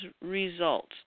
results